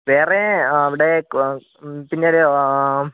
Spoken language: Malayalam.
വേറെ അവിടെ പിന്നെ ഒരു